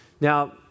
Now